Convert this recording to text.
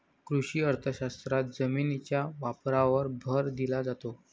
कृषी अर्थशास्त्रात जमिनीच्या वापरावर भर दिला जातो